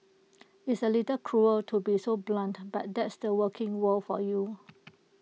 it's A little cruel to be so blunt but that's the working world for you